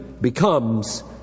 becomes